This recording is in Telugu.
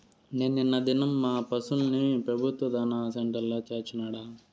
నేను నిన్న దినం మా పశుల్ని పెబుత్వ దాణా సెంటర్ల చేర్చినాడ